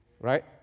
right